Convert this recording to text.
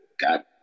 got